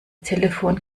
telefon